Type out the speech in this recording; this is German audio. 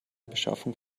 beschaffung